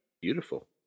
Beautiful